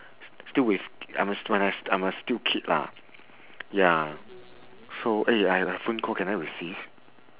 still with I mean when I I am still kid lah ya so eh I have a phone call can I receive